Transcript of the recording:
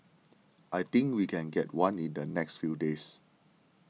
I think we can get one in the next few days